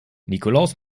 nikolaus